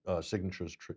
signatures